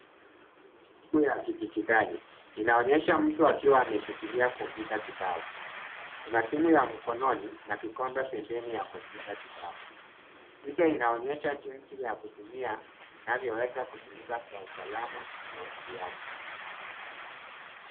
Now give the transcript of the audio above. Hii ni elimu ya kidijitali inaonyesha mtu akiwa ameshikilia kompyuta kibao. Kuna simu ya mkononi na kikombe pembeni ya kompyuta kibao. Picha inaonyesha jinsi ya kutumia inavyoweza kutumika kwa usalama na mawasiliano.